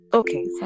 Okay